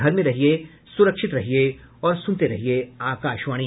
घर में रहिये सुरक्षित रहिये और सुनते रहिये आकाशवाणी